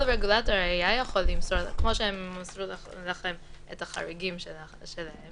כל רגולטור היה יכול למסור כמו שמסרו לכם את החריגים שלהם,